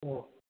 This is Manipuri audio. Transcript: ꯑꯣ